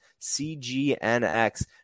CGNX